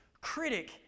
critic